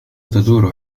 تدور